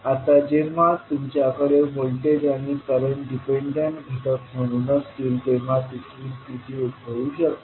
आता जेव्हा तुमच्याकडे व्होल्टेज आणि करंट डिपेंडंट घटक म्हणून असतील तेव्हा तिसरी स्थिती उद्भवू शकते